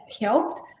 helped